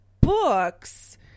books